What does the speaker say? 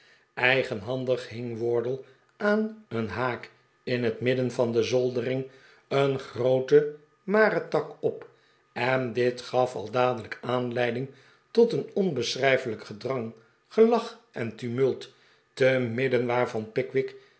eigenhandig hing wardle aan een haak in het midden van de zoldering een gro'oten marentak op en dit gaf al dadelijk aanleiding tot een onbeschrijfelijk gedrang gelach en tumult te midden waarvan pickwick